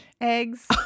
eggs